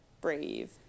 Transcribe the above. brave